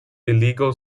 illegal